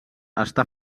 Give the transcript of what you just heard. està